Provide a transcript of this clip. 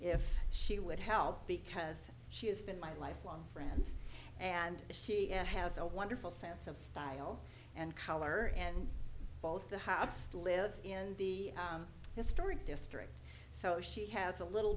if she would help because she has been my lifelong friend and she had a wonderful sense of style and color and both the house live in the historic district so she has a little